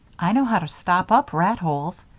i know how to stop up rat holes,